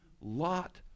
Lot